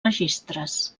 registres